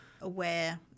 aware